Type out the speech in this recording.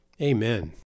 Amen